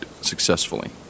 successfully